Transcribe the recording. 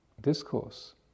discourse